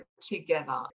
together